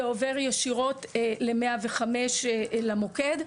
זה עובר ישירות ל-105 למוקד.